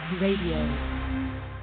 Radio